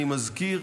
אני מזכיר